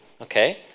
Okay